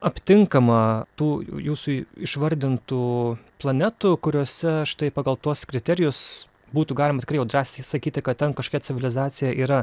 aptinkama tų jūsų išvardintų planetų kuriose štai pagal tuos kriterijus būtų galima tikrai jau drąsiai sakyti kad ten kažkokia civilizacija yra